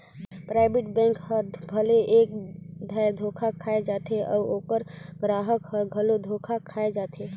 private bank हर भले एक धाएर धोखा खाए जाथे अउ ओकर गराहक हर घलो धोखा खाए जाथे